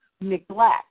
neglect